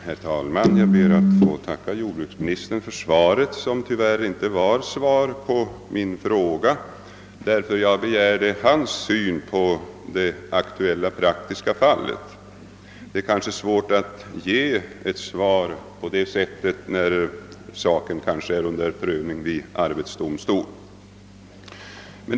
Herr talman! Jag ber att få tacka jordbruksministern för svaret på min fråga — som tyvärr inte var något svar, eftersom jag hade begärt hans syn på det aktuella praktiska fallet. Det är väl svårt att ge ett svar på den frågan, när saken kanske är under prövning vid arbetsdomstolen.